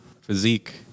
Physique